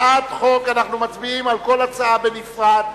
אנחנו מצביעים על כל הצעה בנפרד,